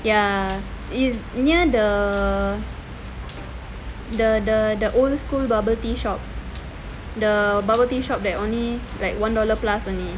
ya is near the the the the old school bubble tea shop the bubble tea shop that's only like one dollar plus only